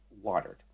watered